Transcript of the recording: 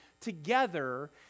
together